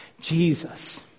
Jesus